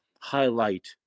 highlight